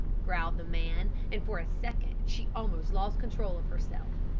growled the man, and for a second she almost lost control of herself.